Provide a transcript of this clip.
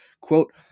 quote